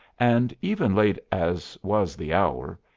and, even late as was the hour,